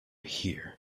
here